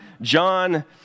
John